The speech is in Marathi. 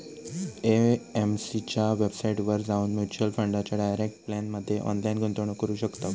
ए.एम.सी च्या वेबसाईटवर जाऊन म्युच्युअल फंडाच्या डायरेक्ट प्लॅनमध्ये ऑनलाईन गुंतवणूक करू शकताव